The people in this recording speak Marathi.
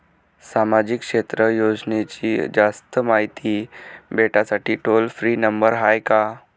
सामाजिक क्षेत्र योजनेची जास्त मायती भेटासाठी टोल फ्री नंबर हाय का?